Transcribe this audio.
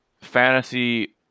fantasy